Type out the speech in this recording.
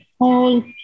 whole